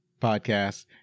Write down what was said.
podcast